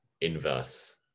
inverse